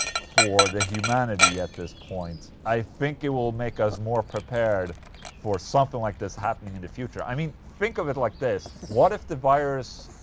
for the humanity at this point i think it will make us more prepared for something like this happening in the future, i mean. think of it like this, what if the virus,